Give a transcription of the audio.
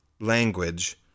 language